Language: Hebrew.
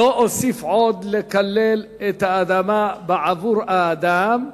"לא אוסיף עוד לקלל את האדמה בעבור האדם,